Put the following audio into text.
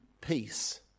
peace